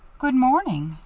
good morning,